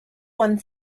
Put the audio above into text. one